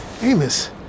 Amos